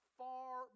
far